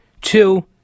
two